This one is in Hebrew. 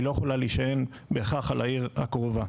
היא לא יכולה להישען בכך על העיר הקרובה.